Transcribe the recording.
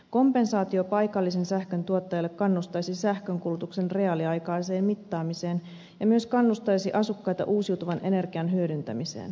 kompensaatio paikalliselle sähköntuottajalle kannustaisi sähkönkulutuksen reaaliaikaiseen mittaamiseen ja myös kannustaisi asukkaita uusiutuvan energian hyödyntämiseen